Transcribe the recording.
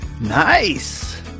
Nice